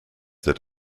that